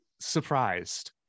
surprised